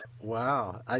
Wow